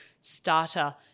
starter